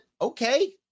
Okay